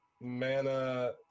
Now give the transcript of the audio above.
mana